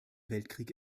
weltkrieg